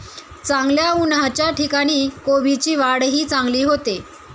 चांगल्या उन्हाच्या ठिकाणी कोबीची वाढही चांगली होते